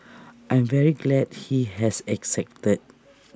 I'm very glad he has accepted